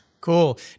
Cool